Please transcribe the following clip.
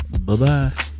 Bye-bye